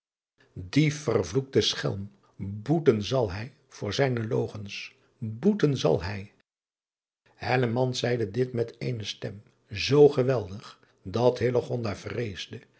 ie vervloekte schelm boeten zal hij voor zijne logens boeten zal hij zeide dit met eene stem zoo geweldig dat vreesde